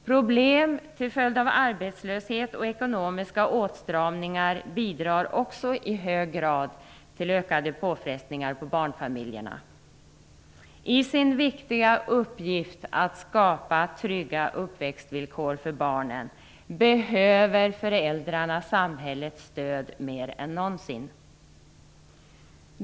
Problem till följd av arbetslöshet och ekonomiska åtstramningar bidrar också i hög grad till ökade påfrestningar på barnfamiljerna. I sin viktiga uppgift att skapa trygga uppväxtvillkor för barnen behöver föräldrarna samhällets stöd mer än någonsin.